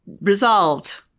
resolved